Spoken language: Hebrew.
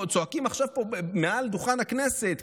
או צועקים עכשיו פה מעל דוכן הכנסת,